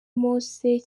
mose